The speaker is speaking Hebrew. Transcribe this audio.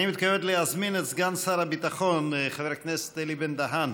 אני מתכבד להזמין את סגן שר הביטחון חבר הכנסת אלי בן-דהן